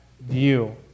view